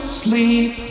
sleep